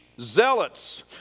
zealots